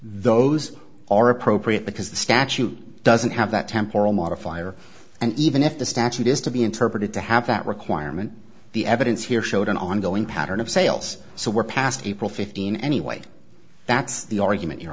those are appropriate because the statute doesn't have that temporal modifier and even if the statute is to be interpreted to have that requirement the evidence here showed an ongoing pattern of sales so we're past april fifteenth anyway that's the argument your